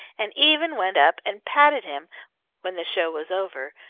and even went up and patted him when the show was over,